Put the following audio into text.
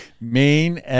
Main